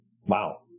Wow